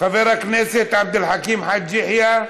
חבר הכנסת עבד אל חכים חאג' יחיא,